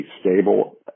stable